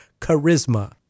charisma